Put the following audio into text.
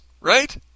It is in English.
right